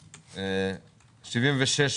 הצבעה בעד,